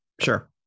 sure